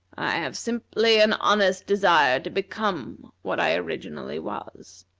i have simply an honest desire to become what i originally was.